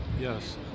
Yes